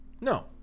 No